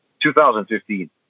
2015